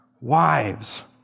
Wives